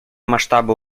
масштабы